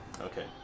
Okay